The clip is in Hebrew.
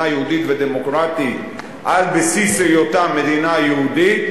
יהודית ודמוקרטית על בסיס היותה מדינה יהודית,